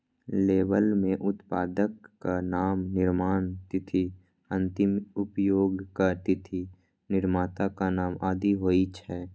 label मे उत्पादक नाम, निर्माण तिथि, अंतिम उपयोगक तिथि, निर्माताक नाम आदि होइ छै